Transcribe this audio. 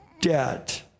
debt